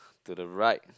to the right